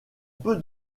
peu